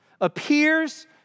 appears